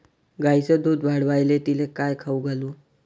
गायीचं दुध वाढवायले तिले काय खाऊ घालू?